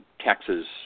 taxes